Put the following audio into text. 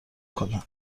کنه